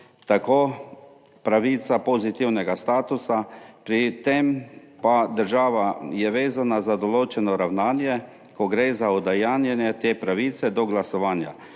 tako pravica pozitivnega statusa, pri tem pa država je vezana za določeno ravnanje, ko gre za udejanjanje te pravice do glasovanja